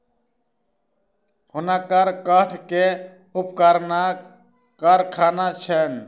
हुनकर काठ के उपकरणक कारखाना छैन